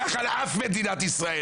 הרפואה בירושלים כך על אף מדינת ישראל,